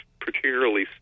particularly